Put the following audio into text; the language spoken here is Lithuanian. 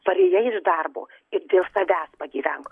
parėjai iš darbo ir dėl savęs pagyvenk